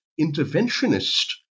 interventionist